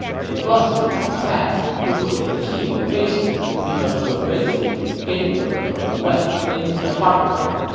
they rushed to tong pass, which was a key location because it was basically the gateway from the west into the heartland,